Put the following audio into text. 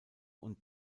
und